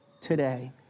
today